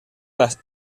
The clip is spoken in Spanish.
las